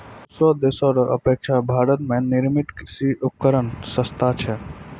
दोसर देशो रो अपेक्षा भारत मे निर्मित कृर्षि उपकरण सस्ता छै